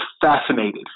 fascinated